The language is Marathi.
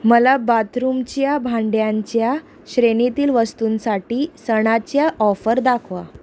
मला बाथरूमच्या भांड्यांच्या श्रेणीतील वस्तूंसाठी सणाच्या ऑफर दाखवा